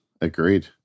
agreed